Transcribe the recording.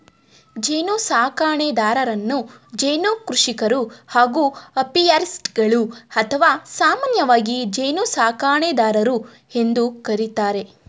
ಜೇನುಸಾಕಣೆದಾರರನ್ನು ಜೇನು ಕೃಷಿಕರು ಹಾಗೂ ಅಪಿಯಾರಿಸ್ಟ್ಗಳು ಅಥವಾ ಸಾಮಾನ್ಯವಾಗಿ ಜೇನುಸಾಕಣೆದಾರರು ಎಂದು ಕರಿತಾರೆ